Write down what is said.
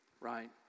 right